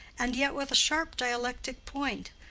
and yet with a sharp dialectic point,